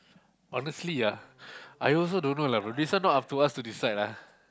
honestly ah I also don't know lah bro this one not up to us to decide lah